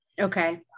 Okay